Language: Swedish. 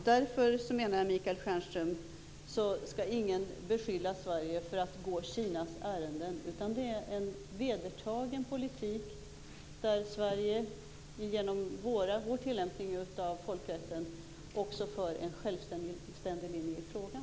Därför menar jag, Michael Stjernström, att ingen skall beskylla Sverige för att gå Kinas ärenden, utan vi för en vedertagen politik där vi genom vår tillämpning av folkrätten också har en självständig linje i frågan.